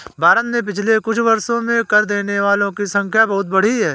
भारत में पिछले कुछ वर्षों में कर देने वालों की संख्या बहुत बढ़ी है